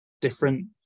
different